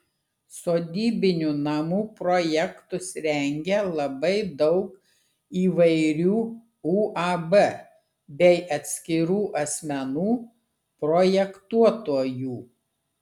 sodybinių namų projektus rengia labai daug įvairių uab bei atskirų asmenų projektuotojų